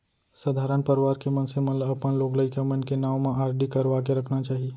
सधारन परवार के मनसे मन ल अपन लोग लइका मन के नांव म आरडी करवा के रखना चाही